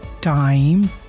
time